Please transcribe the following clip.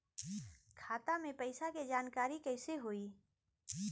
खाता मे पैसा के जानकारी कइसे होई?